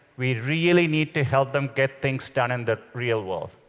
we really need to help them get things done in the real world.